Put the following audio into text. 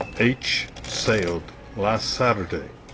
h sailed last saturday!